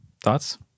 thoughts